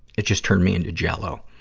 it just turned me into jell-o.